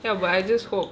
ya but I just hope